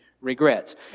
regrets